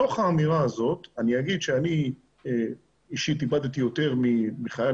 בתוך האמירה הזאת אני אגיד שאני אישית איבדתי יותר מחייל